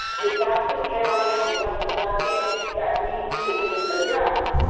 if that's an area and that's a market that needs to be addressed,